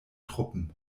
truppen